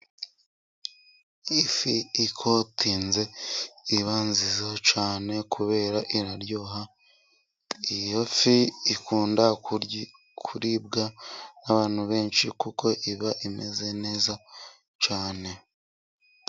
Ifi ikotinze iba nziza cyane, kubera iraryoha, iyo fi ikunda kuribwa n'abantu benshi kuko iba imeze neza cyane.